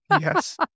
Yes